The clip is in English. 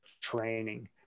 training